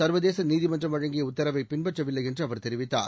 சர்வதேசநீதிமன்றம் வழங்கியஉத்தரவைபின்பற்றவில்லைஎன்றுஅவர் தெரிவித்தார்